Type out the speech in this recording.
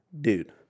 dude